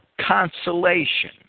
consolation